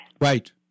Right